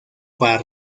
para